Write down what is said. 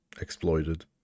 Exploited